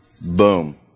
Boom